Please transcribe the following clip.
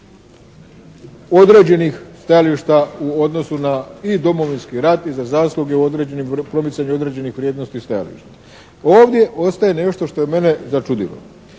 određenih stajališta u odnosu i Domovinski rat i za zasluge u promicanju određenih vrijednosti i stajališta. Ovdje ostaje nešto što je mene začudilo.